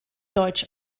deutsch